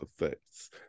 effects